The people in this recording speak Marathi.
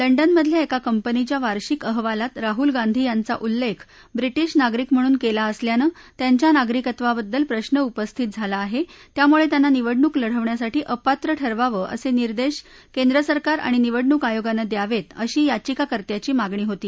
लंडनमधल्या एका कंपनीच्या वार्षिक अहवालात राहूल गांधी यांचा उल्लेख व्रिटिश नागरिक म्हणून केला असल्यानं त्यांच्या नागरिकत्वाबद्दल प्रश्न उपस्थित झाला आहे त्यामुळे त्यांना निवडणूक लढवण्यासाठी अपात्र ठरवावं असे निर्देश केंद्रसरकार आणि निवडणूक आयोगानं द्यावेत अशी याचिकाकर्त्यांची मागणी होती